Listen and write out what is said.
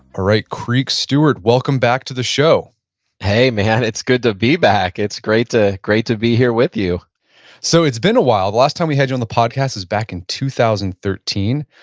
alright, creek stewart, welcome back to the show hey man, it's good to be back. it's great to great to be here with you so it's been a while. the last time we had you on the podcast is back in two thousand and thirteen.